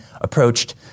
approached